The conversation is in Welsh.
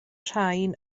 rhain